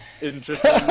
Interesting